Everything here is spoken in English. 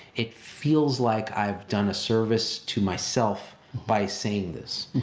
it feels like i've done a service to myself by saying this.